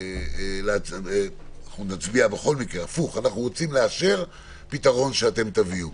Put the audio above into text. אנחנו רוצים לאשר פתרון שאתם תביאו.